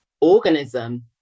organism